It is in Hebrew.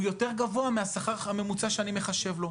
יותר גבוה מהשכר הממוצע שאני מחשב לו,